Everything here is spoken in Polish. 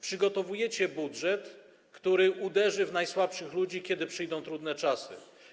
Przygotowujecie budżet, który uderzy w najsłabszych ludzi, kiedy przyjdą trudne czasy.